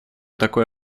такое